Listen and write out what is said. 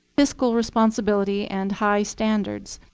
fiscal responsibility, and high standards.